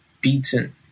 beaten